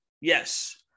Yes